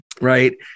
right